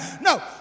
No